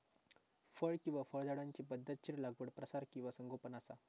फळ किंवा फळझाडांची पध्दतशीर लागवड प्रसार किंवा संगोपन असा